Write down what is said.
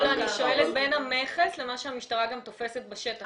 אני שואלת בין המכס לבין מה שמהמשטרה גם תופסת בשטח.